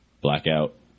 Blackout